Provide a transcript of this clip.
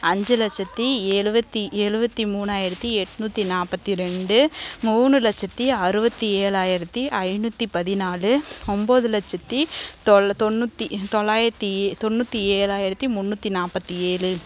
அஞ்சு லட்சத்தி எழுபத்தி எழுபத்தி மூணாயிரத்தி எண்நூத்தி நாற்பத்தி ரெண்டு மூணு லட்சத்தி அறுபத்தி ஏழாயிரத்தி ஐநூற்றி பதினாலு ஒம்பது லட்சத்தி தொள் தொண்ணூற்றி தொள்ளாயிரத்தி தொண்ணூற்றி ஏழாயிரத்தி முந்நூற்றி நாற்பத்தி ஏழு